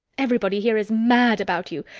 everybody here is mad about you.